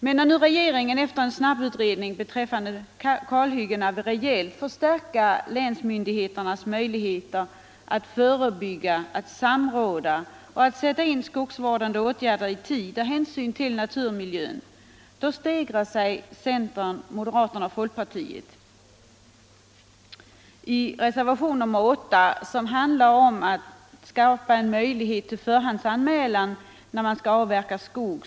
Men när nu regeringen efter en snabbutredning om kalhyggena vill rejält förstärka länsmyndigheternas möjligheter att av hänsyn till naturmiljön förebygga, samråda och i tid sätta in skogsvårdande åtgärder stegrar sig centern, moderaterna och folkpartiet i reservationen 8, som handlar om förhandsanmälan vid avverkning av skog.